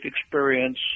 experience